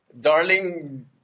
darling